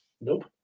Nope